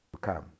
come